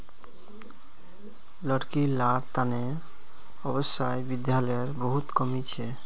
लड़की लार तने आवासीय विद्यालयर बहुत कमी छ